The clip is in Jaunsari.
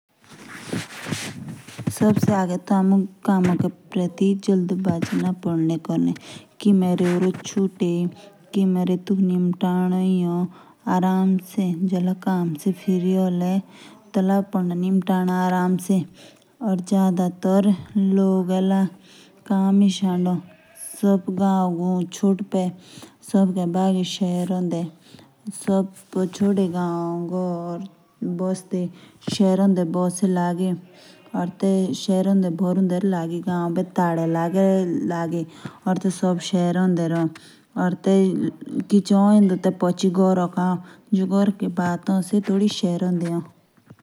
हमुक कमो क्र प्रति जल्दीबाजी न क्रने पडी। जो कुछ छूटे जानो टी टेटुके हमुक क्रना पडा। जब काम से फ्री होला टीबी टेटुक पीडी क्रना। एला केएसएम छोड़े करी सब गी बागे शहरो दे।